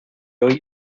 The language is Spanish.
hoy